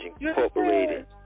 Incorporated